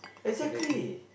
exactly